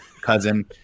cousin